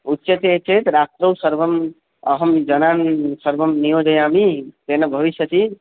उच्यते चेत् रात्रौ सर्वम् अहं जनान् सर्वं नियोजयामि तेन भविष्यति